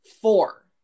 four